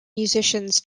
musicians